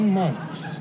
months